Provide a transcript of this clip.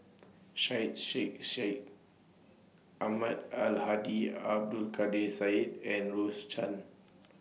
Syed Sheikh Syed Ahmad Al Hadi Abdul Kadir Syed and Rose Chan